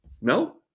no